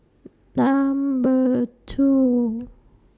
Number two